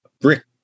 brick